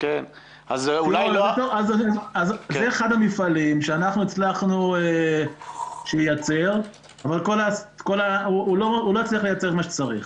זה אחד המפעלים שאנחנו הצלחנו שייצר אבל הוא לא הצליח לייצר מה שצריך.